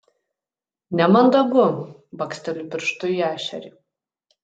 nemandagu baksteliu pirštu į ešerį